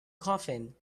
coughing